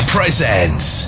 Presents